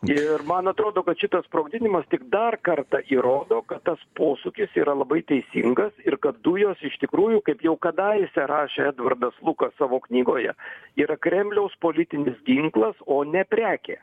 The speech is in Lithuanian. ir man atrodo kad šitas sprogdinimas tik dar kartą įrodo kad tas posūkis yra labai teisingas ir kad dujos iš tikrųjų kaip jau kadaise rašė edvardas lukas savo knygoje yra kremliaus politinis ginklas o ne prekė